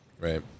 Right